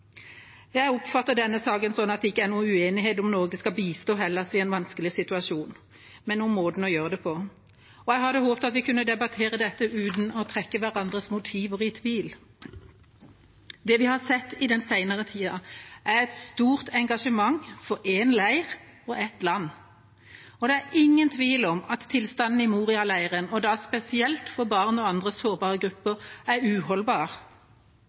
Jeg oppfatter denne saken slik at det ikke er noen uenighet om Norge skal bistå Hellas i en vanskelig situasjon, men om måten å gjøre det på. Jeg hadde håpet at vi kunne debattere dette uten å trekke hverandres motiver i tvil. Det vi har sett i den senere tida, er et stort engasjement for én leir og ett land. Det er ingen tvil om at tilstanden i Moria-leiren, og da spesielt for barn og andre sårbare grupper, er uholdbar.